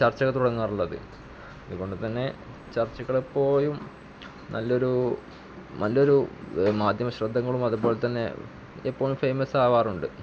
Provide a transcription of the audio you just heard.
ചർച്ചകൾ തുടങ്ങാറുള്ളത് അതുകൊണ്ട് തന്നെ ചർച്ചകളെപ്പോഴും നല്ലൊരു മാധ്യമശ്രദ്ധകളും അതുപോലെ തന്നെ എപ്പോഴും ഫേമസ് ആകാറുണ്ട്